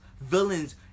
villains